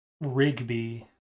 Rigby